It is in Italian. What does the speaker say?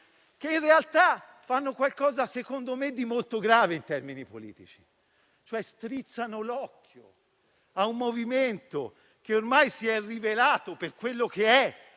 che in realtà fanno qualcosa secondo me di molto grave in termini politici: strizzano l'occhio a un movimento che ormai si è rivelato per quello che è,